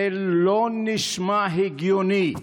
זה לא נשמע הגיוני.